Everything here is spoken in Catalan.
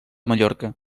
mallorca